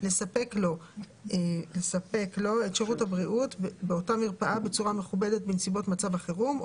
לספק לו את שירות הבריאות באותה מרפאה בצורה מכובדת בנסיבות מצב החירום,